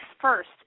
first